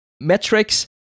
metrics